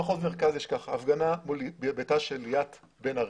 במחוז מרכז יש הפגנה מול ביתה של ליאת בן ארי.